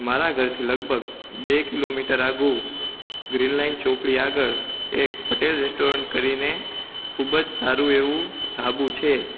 મારા ઘરથી લગભગ બે કિલોમીટર આઘુ ગ્રીન લાઈન ચોકડી આગળ એક પટેલ રેસ્ટોરન્ટ કરીને ખૂબ જ સારું એવું ધાબુ છે